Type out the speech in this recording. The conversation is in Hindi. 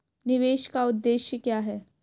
निवेश का उद्देश्य क्या है?